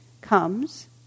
comes